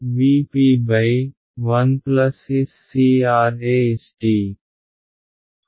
V p 1 SCR e s t